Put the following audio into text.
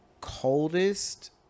coldest